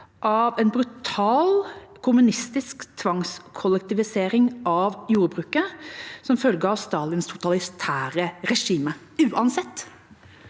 av en brutal, kommunistisk tvangskollektivisering av jordbruket, som følge av Stalins totalitære regime. Uansett